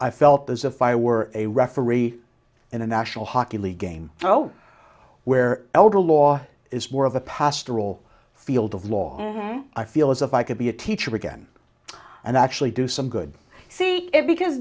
i felt as if i were a referee in a national hockey league game so where elder law is more of a pastoral field of law i feel as if i could be a teacher again and actually do some good to see it because